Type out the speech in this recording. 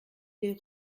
les